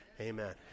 Amen